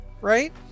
right